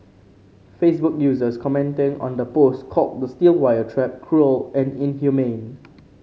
Facebook users commenting on the post called the steel wire trap cruel and inhumane